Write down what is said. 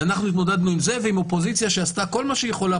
אנחנו התמודדנו עם זה ועם אופוזיציה שעשתה כל מה שהיא יכולה,